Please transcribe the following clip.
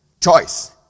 Choice